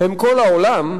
הם כל העולם,